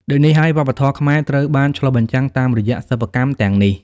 ដូចនេះហើយវប្បធម៌ខ្មែរត្រូវបានឆ្លុះបញ្ចាំងតាមរយៈសិប្បកម្មទាំងនេះ។